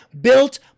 built